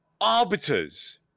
Arbiters